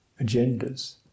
agendas